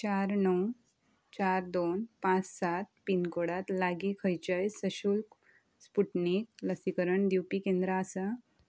चार णव चार दोन पांच सात पिनकोडांत लागीं खंयचेय सशुल्क स्पुटनीक लसीकरण दिवपी केंद्रां आसा